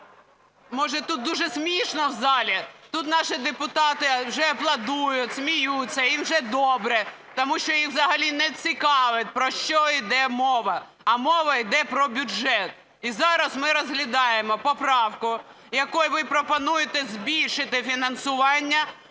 Може, тут дуже смішно в залі? Тут наші депутати вже аплодують, сміються, їм вже добре, тому що їх взагалі не цікавить, про що йде мова. А мова йде про бюджет. І зараз ми розглядаємо поправку, якою ви пропонуєте збільшити фінансування